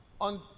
on